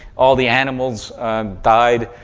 all the animals died,